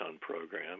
program